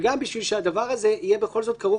וגם בשביל שהדבר הזה יהיה בכל זאת כרוך